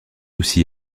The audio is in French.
aussi